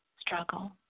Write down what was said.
struggle